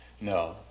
No